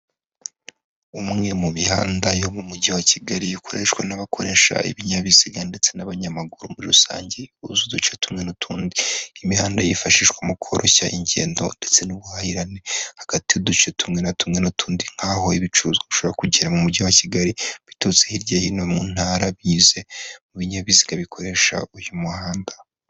Umwe mu mihanda yo mu mujyi wa Kigali ukoreshwa n'abakoresha ibinyabiziga ndetse n'abanyamaguru muri rusangehu uduce tumwe n'utundi, imihanda yifashishwa mu koroshya ingendo ndetse n'ubuhahirane hagati y'uduce tumwe na tumwe n'utundi nk'aho ibicuruzwa bishobora kugera mu mujyi wa Kigali biturutse hirya hino mu ntara bivuzwe mu binyabiziga bikoresha uyu muhanda.